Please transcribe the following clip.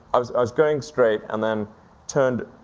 i was i was going straight and then turned.